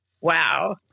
wow